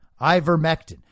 ivermectin